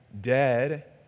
dead